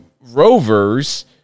Rovers